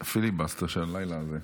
כוכב הפיליבסטר של הלילה הזה.